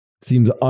seems